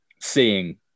seeing